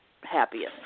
happiest